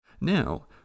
Now